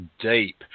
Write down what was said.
deep